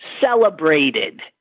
celebrated